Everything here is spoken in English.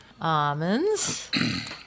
Almonds